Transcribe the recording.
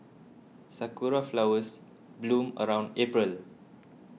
sakura flowers bloom around April